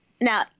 Now